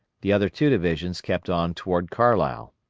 the other two divisions kept on toward carlisle.